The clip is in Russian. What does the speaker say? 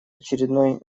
очередной